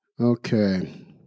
Okay